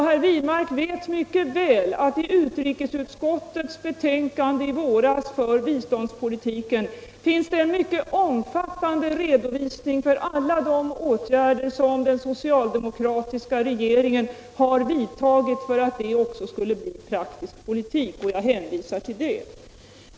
Herr Wirmark vet mycket väl att i utrikesutskottets betänkande i våras om biståndspolitiken finns det en mycket omfattande redovisning för alla de åtgärder som den socialdemokratiska regeringen har vidtagit för att utfästelserna också skulle bli praktisk politik. Jag hänvisar till det betänkandet.